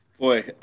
Boy